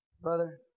Brother